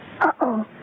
Uh-oh